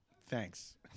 Thanks